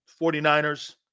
49ers